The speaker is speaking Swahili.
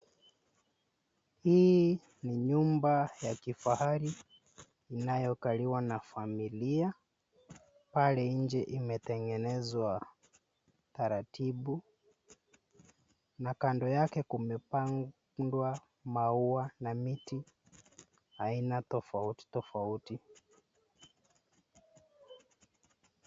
Hii ni nyumba ya kifahari inayokaliwa na familia. Pale nje imetegezwa taratibu na kando yake kumepandwa maua na miti aina tofauti tofauti.